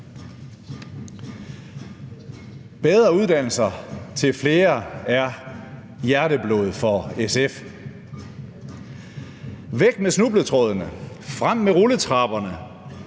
Bedre uddannelser til flere er hjerteblod for SF. Væk med snubletrådene, frem med rulletrapperne,